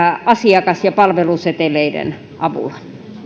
asiakas ja palveluseteleiden avulla